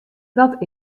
dat